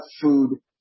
food